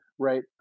Right